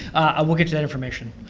i will get you that information.